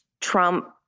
Trump